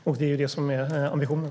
Det är ambitionen.